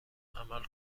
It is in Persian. عمل